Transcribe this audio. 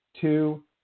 two